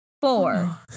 four